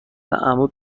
عمود